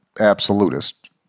absolutist